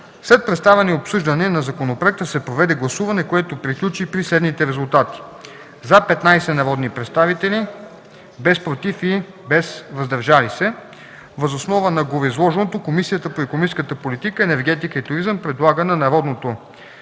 След представяне и обсъждане на законопроекта се проведе гласуване, което приключи при следните резултати: „за” – 15 народни представители, без „против” и „въздържали се” . Въз основа на гореизложеното Комисията по икономическата политика, енергетика и туризъм предлага на Народното събрание